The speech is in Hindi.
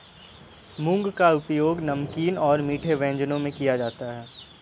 मूंग का उपयोग नमकीन और मीठे व्यंजनों में किया जाता है